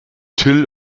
till